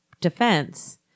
defense